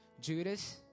Judas